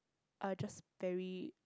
are just very